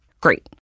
Great